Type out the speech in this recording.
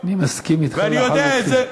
ואני יודע את זה,